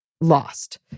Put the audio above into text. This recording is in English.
lost